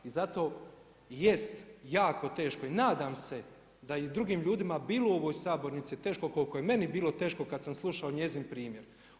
I zato jest jako teško i nadam se da je i drugim ljudima bilo u ovoj sabornici teško koliko je meni bilo teško kad sam slušao njezin primjer.